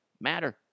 matter